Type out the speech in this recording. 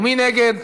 מי נגד?